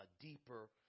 deeper